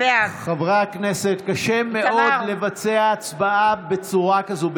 בעד חברי הכנסת, קשה מאוד לבצע הצבעה בצורה כזאת.